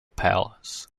palace